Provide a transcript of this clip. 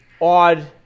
odd